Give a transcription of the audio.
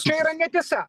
čia yra netiesa